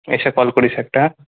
এসে কল করিস একটা হ্যাঁ